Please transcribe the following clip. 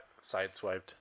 sideswiped